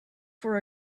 for